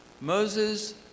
Moses